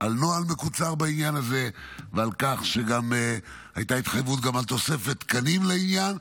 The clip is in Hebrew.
לנוהל מקוצר בעניין הזה וגם הייתה התחייבות לתוספת תקנים לעניין.